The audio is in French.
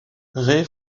raie